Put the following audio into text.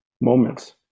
moments